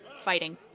fighting